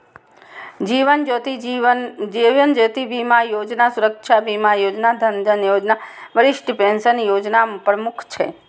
जीवन ज्योति बीमा योजना, सुरक्षा बीमा योजना, जन धन योजना, वरिष्ठ पेंशन योजना प्रमुख छै